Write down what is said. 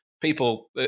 people